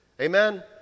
Amen